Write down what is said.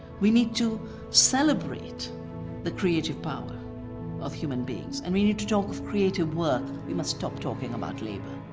we need to celebrate the creative power of human beings. and we need to talk of creative work, we must stop talking about labor.